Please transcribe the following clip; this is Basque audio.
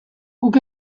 guk